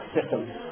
systems